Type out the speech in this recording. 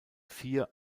vier